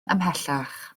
ymhellach